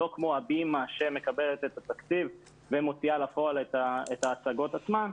לא כמו "הבימה" שמקבלת את התקציב ומוציאה לפועל את ההצגות עצמן.